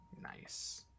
nice